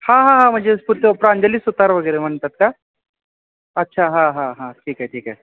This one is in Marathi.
हां हां हां म्हणजे पुत प्रांजली सुतार वगैरे म्हणतात का अच्छा हां हां हां ठीक आहे ठीक आहे